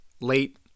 Late